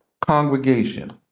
congregation